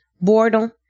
boredom